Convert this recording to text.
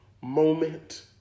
moment